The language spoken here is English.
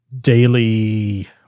Daily